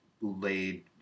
laid